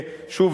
שוב,